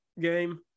game